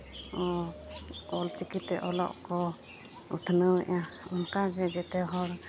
ᱠᱚ ᱚᱞᱪᱤᱠᱤ ᱛᱮ ᱚᱞᱚᱜ ᱠᱚ ᱩᱛᱱᱟᱹᱣᱮᱜᱼᱟ ᱚᱱᱠᱟ ᱜᱮ ᱡᱮᱛᱮ ᱦᱚᱲ